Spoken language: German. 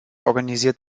organisiert